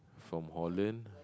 from Holland